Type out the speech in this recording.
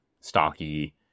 stocky